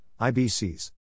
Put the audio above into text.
IBCs